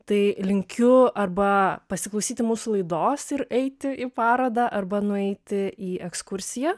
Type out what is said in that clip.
tai linkiu arba pasiklausyti mūsų laidos ir eiti į parodą arba nueiti į ekskursiją